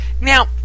Now